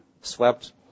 swept